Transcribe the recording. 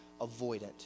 avoidant